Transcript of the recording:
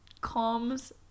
comes